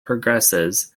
progresses